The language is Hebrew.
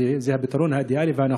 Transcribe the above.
זה הפתרון האידיאלי והנכון.